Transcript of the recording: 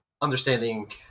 understanding